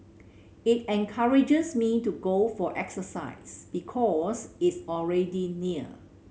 it encourages me to go for exercise because it's already near